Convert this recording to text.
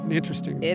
interesting